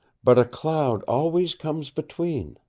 but a cloud always comes between.